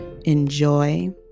enjoy